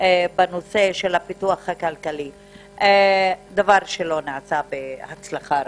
בנושא של הפיתוח הכלכלי - דבר שלא נעשה בהצלחה רבה.